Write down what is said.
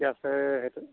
ঠিকে আছে সেইটো